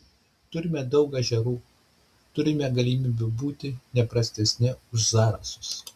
turime daug ežerų turime galimybių būti ne prastesni už zarasus